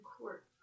court